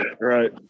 right